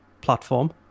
platform